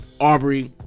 Aubrey